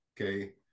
Okay